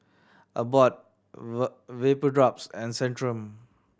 Abbott Vapodrops and Centrum